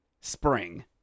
spring